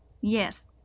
yes